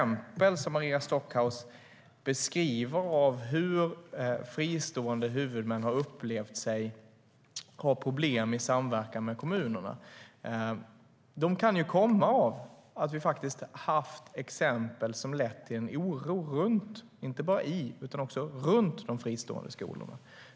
Maria Stockhaus tar upp exempel på fristående huvudmän som har upplevt sig ha problem i samverkan med kommunerna. Det kan ju komma av att vi faktiskt haft exempel som lett till en oro runt, inte bara i, de fristående skolorna.